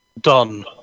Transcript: done